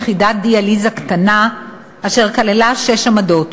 יחידת דיאליזה קטנה אשר כללה שש עמדות.